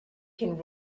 can